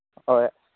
ꯍꯣꯏ